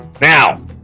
Now